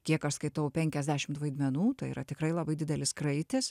kiek aš skaitau penkiasdešimt vaidmenų tai yra tikrai labai didelis kraitis